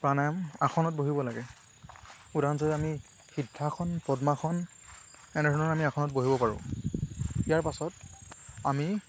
প্ৰাণায়াম আসনত বহিব লাগে উদাহৰণস্বৰূপে আমি সিদ্ধাসন পদ্মাসন এনেধৰণৰ আমি আসনত বহিব পাৰোঁ ইয়াৰ পাছত আমি